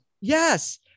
Yes